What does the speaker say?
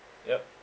yup